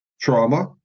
trauma